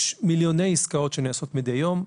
יש מיליוני עסקאות שנעשות מדי יום,